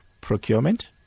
procurement